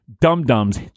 dum-dums